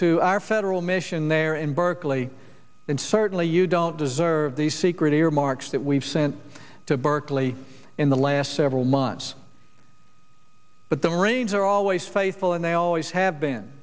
to our federal mission there in berkeley and certainly you don't deserve these secret earmarks that we've sent to berkeley in the last several months but the marines are always faithful and they always have been